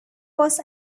was